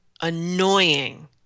annoying